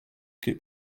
could